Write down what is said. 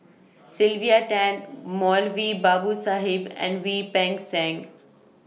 Sylvia Tan Moulavi Babu Sahib and Wein Peng Seng